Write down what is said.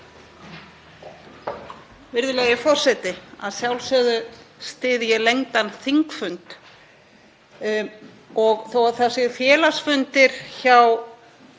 Virðulegi forseti. Að sjálfsögðu styð ég lengdan þingfund. Þó að það séu félagsfundir í